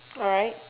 alright